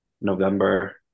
November